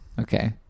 okay